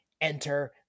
enter